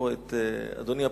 אדוני הפרופסור,